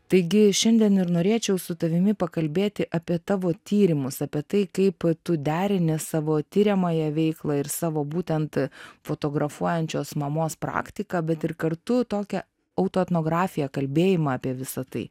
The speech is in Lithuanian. taigi šiandien ir norėčiau su tavimi pakalbėti apie tavo tyrimus apie tai kaip tu derini savo tiriamąją veiklą ir savo būtent fotografuojančios mamos praktiką bet ir kartu tokią auto etnografiją kalbėjimą apie visa tai